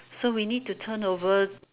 so we need to turn over